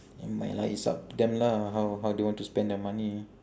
nevermind lah it's up to them lah how how they want to spend their money